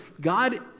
God